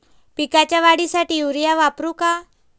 पिकाच्या वाढीसाठी युरिया वापरू का?